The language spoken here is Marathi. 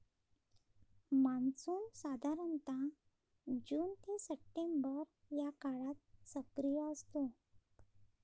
मान्सून साधारणतः जून ते सप्टेंबर या काळात सक्रिय असतो